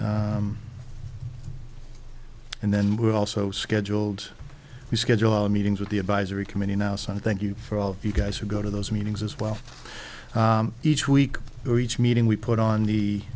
and then we're also scheduled to schedule meetings with the advisory committee now so i thank you for all you guys who go to those meetings as well each week or each meeting we put on the